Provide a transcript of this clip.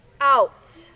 out